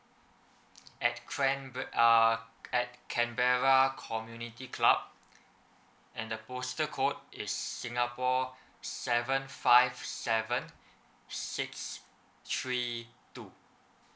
at cranbe~ uh at canberra community club and the postal code is singapore seven five seven six three two